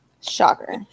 Shocker